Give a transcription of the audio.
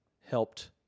helped